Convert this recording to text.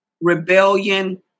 rebellion